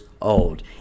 old